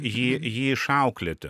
jį jį išauklėti